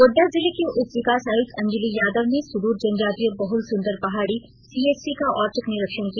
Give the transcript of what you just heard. गोड्डा जिले के उपविकास आयुक्त अंजली यादव ने सुदूर जनजातीय बहुल सुंदरपहाड़ी सीएचसी का औचक निरीक्षण किया